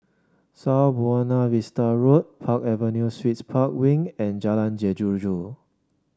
South Buona Vista Road Park Avenue Suites Park Wing and Jalan Jeruju